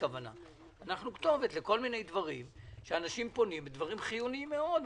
אנחנו כתובת לכל מיני דברים שאנשים פונים בדברים חיוניים מאוד,